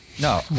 No